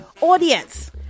audience